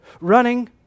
running